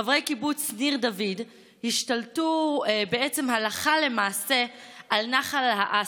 חברי קיבוץ ניר דוד השתלטו בעצם הלכה למעשה על נחל האסי,